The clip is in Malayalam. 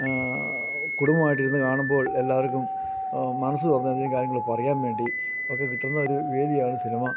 കുടുംബമായിട്ടിരുന്ന് കാണുമ്പോൾ എല്ലാവർക്കും മനസ് തുറന്ന് എന്തെങ്കിലും കാര്യങ്ങൾ പറയാൻ വേണ്ടി ഒക്കെ കിട്ടുന്ന ഒരു വേദിയാണ് സിനിമ